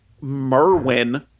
Merwin